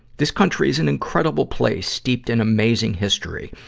this country is an incredible place, steeped in amazing history.